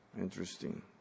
Interesting